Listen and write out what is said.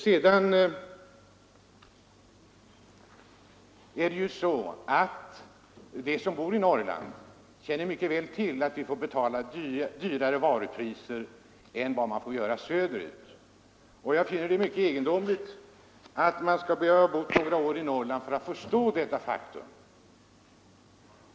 Vidare känner de som bor i Norrland mycket väl till att de får betala högre varupriser än vad man får göra i sydligare landsdelar. Jag finner det mycket egendomligt att man måste ha bott några år i Norrland för att förstå detta faktum.